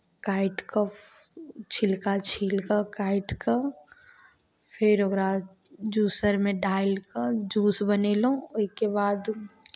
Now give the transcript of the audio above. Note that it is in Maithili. काटि कऽ छिलका छील कऽ काटि कऽ फेर ओकरा जूसरमे डालि कऽ जूस बनेलहुँ ओहिके बाद